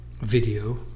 video